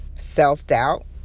self-doubt